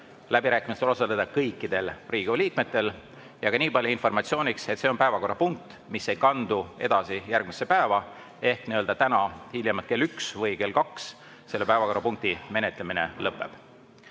läbirääkimistel osaleda kõikidel Riigikogu liikmetel. Ja nii palju veel informatsiooniks, et see on päevakorrapunkt, mis ei kandu edasi järgmisesse päeva, ehk täna hiljemalt kell 1 või kell 2 selle päevakorrapunkti menetlemine lõpeb. Head